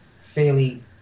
fairly